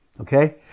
okay